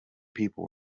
people